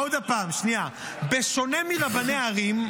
עוד פעם, בשונה מרבני ערים,